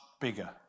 bigger